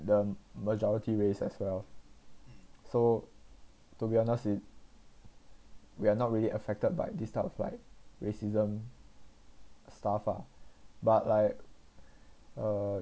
the majority race as well so to be honest it we are not really affected by this type of like racism stuff ah but like uh